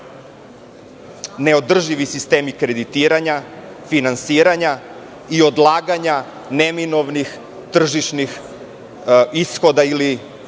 neodrživi sistemi kreditiranja, finansiranja i odlaganja neminovnih tržišnih ishoda ili